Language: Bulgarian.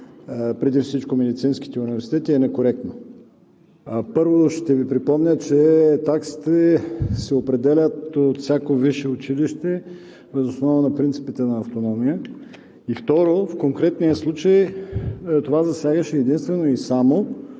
преди всичко в медицинските университети, е некоректно. Първо, ще Ви припомня, че таксите се определят от всяко висше училище въз основа на принципа на автономия. Второ, в конкретния случай това засягаше единствено и само